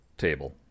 table